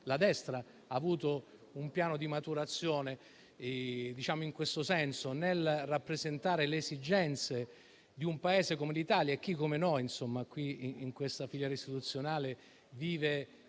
La destra ha avuto un piano di maturazione in questo senso, nel rappresentare le esigenze di un Paese come l'Italia e chi come noi, in questa filiera istituzionale, vive